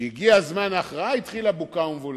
כשהגיע זמן ההכרעה התחילה בוקה ומבולקה.